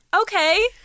okay